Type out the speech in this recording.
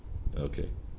okay